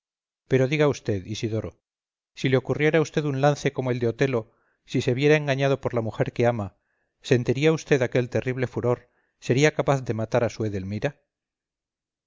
pero diga vd isidoro si le ocurriera a usted un lance como el de otello si se viera engañado por la mujer que ama sentiría usted aquel terrible furor sería capaz de matar a su edelmira